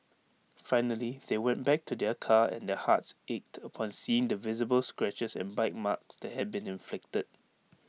finally they went back to their car and their hearts ached upon seeing the visible scratches and bite marks that had been inflicted